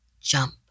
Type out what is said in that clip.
Jump